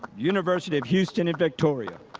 university of houston in victoria.